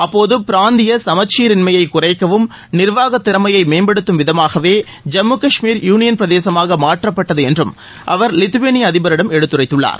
அப்போது பிராந்திய சமச்சீர் இன்மையை குறைக்கவும் நிர்வாகத் திறமையை மேம்படுத்தும் விதமாகவே ஜம்மு கஷ்மீர் யூனியன் பிரதேசமாக மாற்றப்பட்டது என்றும் அவர் லித்தவேனிய அதிபரிடம் எடுத்துரைத்துள்ளார்